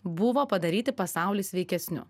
buvo padaryti pasaulį sveikesniu